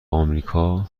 آمریکا